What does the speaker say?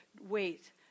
wait